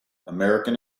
american